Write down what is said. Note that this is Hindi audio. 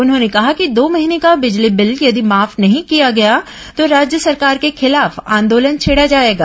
उन्होंने कहा कि दो महीने का बिजली बिल यदि माफ नहीं किया गया तो राज्य सरकार के खिलाफ आंदोलन छेड़ा जाएगा